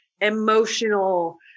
emotional